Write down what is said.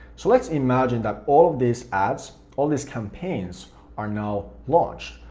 so let's imagine that all of these ads, all these campaigns are now launched.